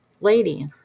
lady